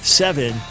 seven